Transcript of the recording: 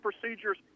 procedures